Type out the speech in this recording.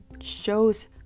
shows